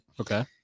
okay